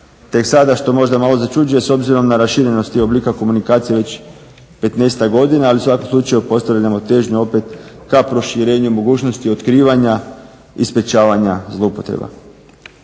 tek sada što možda malo začuđuje s obzirom na raširenost oblika komunikacija već 15-tak godina, ali u svakom slučaju postavljamo težnju opet ka proširenju mogućnosti otkrivanja i sprečavanja zloupotreba.